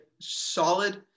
solid